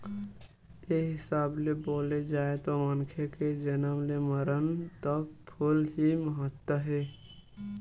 एक हिसाब ले बोले जाए तो मनखे के जनम ले मरन तक फूल के महत्ता हे